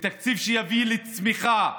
תקציב שיביא לצמיחה,